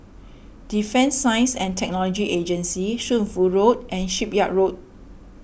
Defence Science and Technology Agency Shunfu Road and Shipyard Road